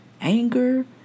anger